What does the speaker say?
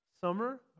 summer